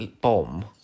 bomb